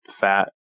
fat